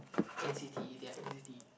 n_c_t their n_c_t